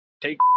Take